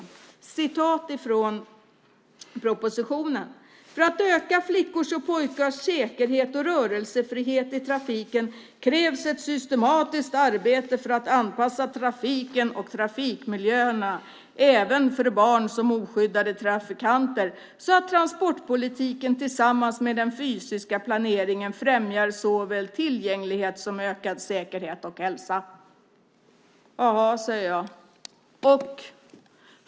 Jag citerar ur propositionen: "För att öka flickors och pojkars säkerhet och rörelsefrihet i trafiken krävs ett systematiskt arbete för att anpassa trafiken och trafikmiljöerna även för barn som oskyddade trafikanter, så att transportpolitiken, tillsammans med den fysiska planeringen, främjar såväl tillgänglighet som ökad säkerhet och hälsa." Jaha, säger jag. Och?